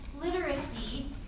literacy